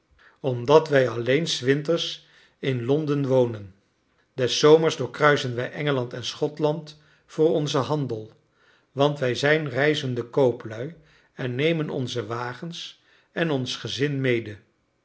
omdat wij alleen s winters in londen wonen des zomers doorkruisen wij engeland en schotland voor onzen handel want wij zijn reizende kooplui en nemen onze wagens en ons gezin mede